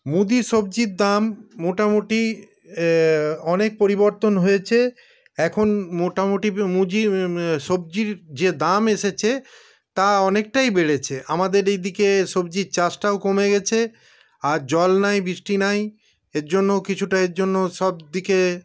মুদি সবজির দাম মোটামুটি অনেক পরিবর্তন হয়েছে এখন মোটামুটি ম মুজি সবজির যে দাম এসেছে তা অনেকটাই বেড়েছে আমাদের এইদিকে সবজির চাষটাও কমে গেছে আর জল নাই বৃষ্টি নাই এর জন্যও কিছুটা এর জন্য সবদিকে